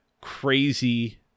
crazy